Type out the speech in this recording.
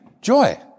joy